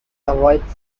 avoids